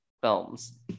films